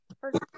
first